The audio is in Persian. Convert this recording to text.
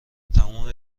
تموم